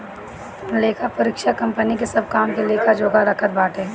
लेखापरीक्षक कंपनी के सब काम के लेखा जोखा रखत बाटे